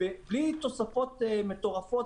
בלי תוספות מטורפות,